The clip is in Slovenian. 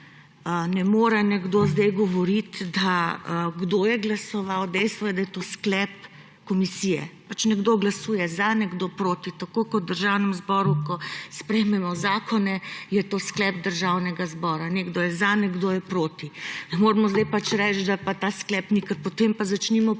Ne more nekdo zdaj govoriti, kdo je glasoval, dejstvo je, da je to sklep komisije. Pač nekdo glasuje za, nekdo proti, tako kot je v Državnem zboru, ko sprejmemo zakone, to sklep Državnega zbora, nekdo je za, nekdo je proti. Ne moremo zdaj reči, da pa ta sklep ni. Ker potem pa začnimo